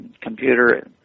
computer